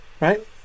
right